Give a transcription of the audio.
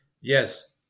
yes